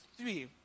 three